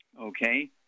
okay